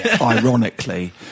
ironically